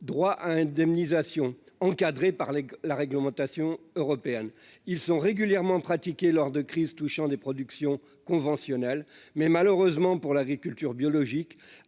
droit à indemnisation encadrés par la réglementation européenne, ils sont régulièrement pratiqués lors de crises touchant des productions conventionnelles, mais malheureusement pour l'agriculture biologique,